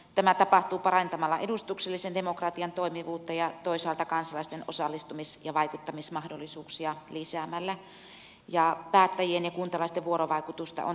tämä tapahtuu parantamalla edustuksellisen demokratian toimivuutta ja toisaalta kansalaisten osallistumis ja vaikuttamismahdollisuuksia lisäämällä ja päättäjien ja kuntalaisten vuorovaikutusta on tarkoitus lisätä